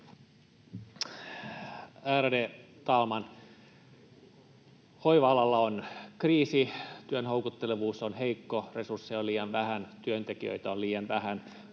Ärade talman! Hoiva-alalla on kriisi. Työn houkuttelevuus on heikkoa, resursseja on liian vähän, työntekijöitä on liian vähän,